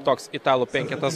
toks italų penketas